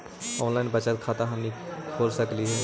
Online बचत खाता हमनी खोल सकली हे?